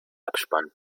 abspann